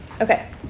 Okay